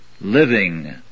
living